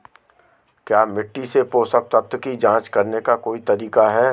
क्या मिट्टी से पोषक तत्व की जांच करने का कोई तरीका है?